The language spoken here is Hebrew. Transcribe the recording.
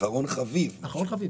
אחרון חביב.